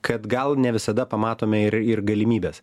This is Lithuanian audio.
kad gal ne visada pamatome ir ir galimybes